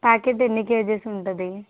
packet ఎన్ని KGs ఉంటుంది